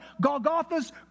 Golgotha's